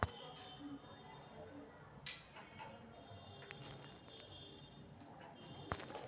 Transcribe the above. मोहनवा ने अपन खाता के जमा राशि के बारें में प्रबंधक से पूछलय